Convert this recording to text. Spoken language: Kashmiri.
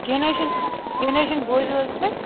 کیٚنٛہہ نہٕ حظ چھُنہٕ کیٚنٛہہ نہٕ حظ چھُنہٕ بوٗزِو حظ تُہۍ